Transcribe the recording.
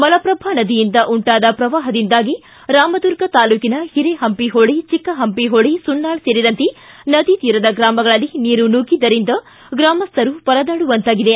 ಮಲಪ್ರಭಾ ನದಿಯಿಂದ ಉಂಟಾದ ಪ್ರವಾಪದಿಂದಾಗಿ ರಾಮದುರ್ಗ ತಾಲೂಕಿನ ಹಿರೇಹಂಪಿಹೊಳಿ ಚಿಕ್ಕಪಂಪಿಹೊಳಿ ಸುನ್ನಾಳ ಸೇರಿದಂತೆ ನದಿ ತೀರದ ಗ್ರಾಮಗಳಲ್ಲಿ ನೀರು ನುಗ್ಗಿದ್ದರಿಂದ ಗ್ರಾಮಸ್ಥರು ಪರದಾಡುವಂತಾಗಿದೆ